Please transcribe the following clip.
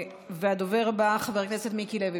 הדובר הבא, חבר הכנסת מיקי לוי,